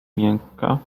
miękka